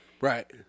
right